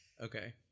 Okay